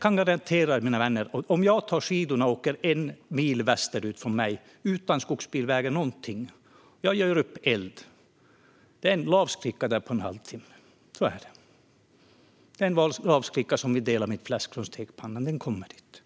kan jag garantera, mina vänner, att om jag tar skidorna och åker en mil västerut från mig, utan skogsbilväg eller någonting, och gör upp eld så är det en lavskrika där inom en halvtimme och vill dela mitt fläsk från stekpannan. Så är det. Den kommer dit.